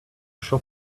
shop